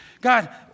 God